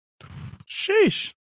Sheesh